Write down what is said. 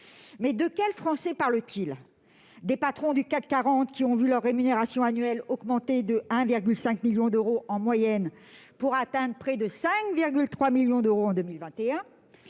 Mais de quels Français parle-t-il ? Des patrons du CAC 40, ... Oh !... qui ont vu leur rémunération annuelle augmenter de 1,5 million d'euros en moyenne, pour atteindre près de 5,3 millions d'euros en 2021 ?